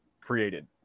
created